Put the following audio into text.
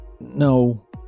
no